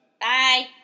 Bye